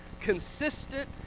consistent